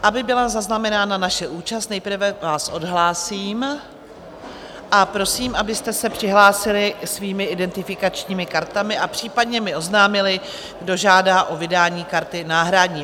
Aby byla zaznamenána naše účast, nejprve vás odhlásím a prosím, abyste se přihlásili svými identifikačními kartami a případně mi oznámili, kdo žádá o vydání karty náhradní.